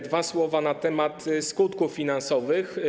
Dwa słowa na temat skutków finansowych.